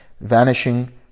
vanishing